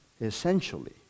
essentially